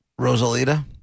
Rosalita